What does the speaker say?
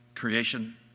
creation